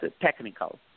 technical